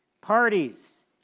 parties